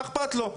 מה אכפת לו,